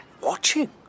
Watching